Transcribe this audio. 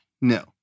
No